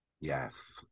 Yes